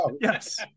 yes